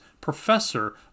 Professor